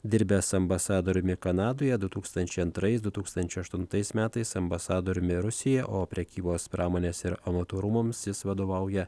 dirbęs ambasadoriumi kanadoje du tūkstančiai antrais du tūkstančiai aštuntais metais ambasadoriumi rusijoje o prekybos pramonės ir amatų rūmams jis vadovauja